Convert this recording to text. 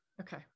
okay